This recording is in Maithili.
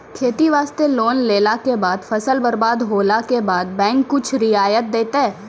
खेती वास्ते लोन लेला के बाद फसल बर्बाद होला के बाद बैंक कुछ रियायत देतै?